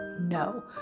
no